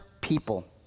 people